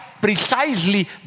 precisely